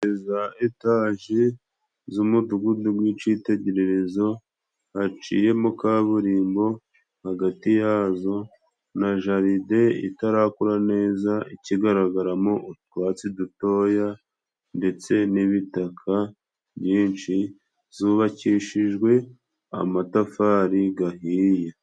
Inzu za etaje z'umudugudu w'icitegererezo haciyemo kaburimbo, hagati yazo na jaride itarakura neza ikigaragaramo utwatsi dutoya, ndetse n'ibitaka byinshi, zubakishijwe amatafari gahiye.